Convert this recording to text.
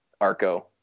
Arco